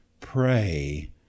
pray